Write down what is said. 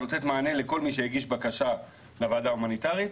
נותנת מענה לכל מי שהגיש בקשה לוועדה ההומניטארית,